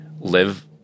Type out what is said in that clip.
live